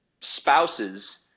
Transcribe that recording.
spouses